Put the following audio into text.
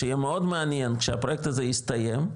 שיהיה מאוד מעניין כשהפרויקט הזה יסתיים,